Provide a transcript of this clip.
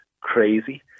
crazy